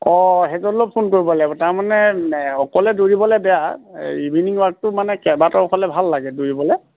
অঁ সেইজনলৈয়ো ফোন কৰিব লাগিব তাৰমানে অকলে দৌৰিবলৈ বেয়া এই ইভিনিং ৱাকটো মানে কেইবাটাও হ'লে ভাল লাগে দৌৰিবলৈ